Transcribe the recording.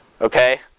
okay